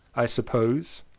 i suppose,